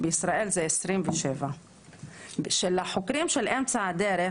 בישראל הוא 27; החוקרים של אמצע הדרך